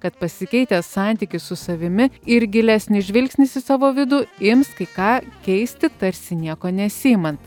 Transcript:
kad pasikeitęs santykis su savimi ir gilesnis žvilgsnis į savo vidų ims kai ką keisti tarsi nieko nesiimant